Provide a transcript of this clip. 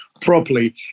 properly